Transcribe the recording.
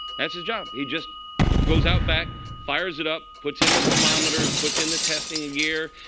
that's his job. he just goes out back, fires it up, puts in the thermometers, puts in the testing and gear,